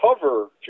cover